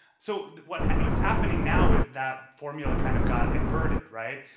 so what is happening now is that formula kind of got inverted, right?